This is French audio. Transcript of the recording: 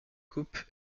coupe